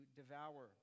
devour